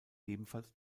ebenfalls